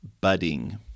Budding